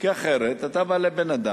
כי אחרת אתה בא לבן-אדם,